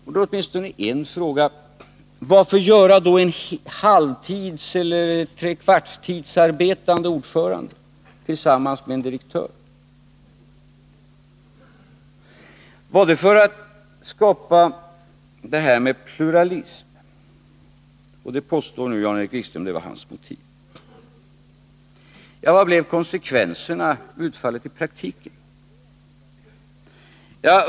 Då är åtminstone en fråga: Varför Nr 129 då göra en halvtidseller trekvartstidsarbetande ordförande tillsammans Måndagen den med en direktör? Var det för att skapa detta med pluralism? Jan-Erik 4 maj 1981 Wikström påstår nu att det var hans motiv. Vad blev konsekvenserna och utfallet i praktiken?